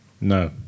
No